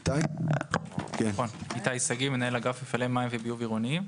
אני מנהל אגף מפעלי מים וביוב עירוניים.